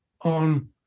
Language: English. on